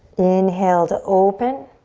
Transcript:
inhale to open.